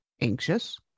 anxious